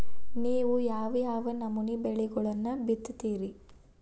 ನೇವು ಯಾವ್ ಯಾವ್ ನಮೂನಿ ಬೆಳಿಗೊಳನ್ನ ಬಿತ್ತತಿರಿ?